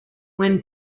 when